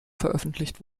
veröffentlicht